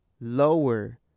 lower